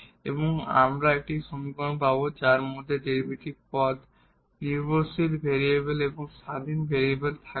এবং আমরা একটি সমীকরণ পাবো যার মধ্যে ডেরিভেটিভ টার্ম ডিপেন্ডেন্ট ভেরিয়েবল এবং ইন্ডিপেন্ডেন্ট ভেরিয়েবল থাকবে